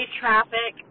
traffic